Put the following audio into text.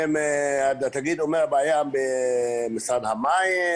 התאגיד אומר, הבעיה במשרד המים.